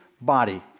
body